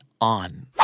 on